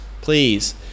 please